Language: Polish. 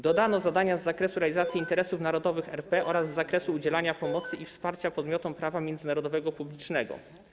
Dodano zadania z zakresu realizacji interesów narodowych RP oraz z zakresu udzielania pomocy i wsparcia podmiotom prawa międzynarodowego publicznego.